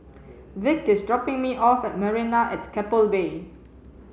Vic is dropping me off at Marina at Keppel Bay